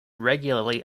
regularly